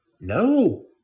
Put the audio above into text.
No